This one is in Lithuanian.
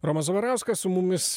romas zabarauskas su mumis